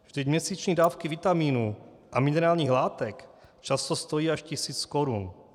Vždyť měsíční dávky vitamínů a minerálních látek často stojí až tisíc korun.